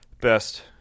best